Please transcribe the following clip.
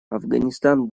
афганистан